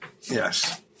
Yes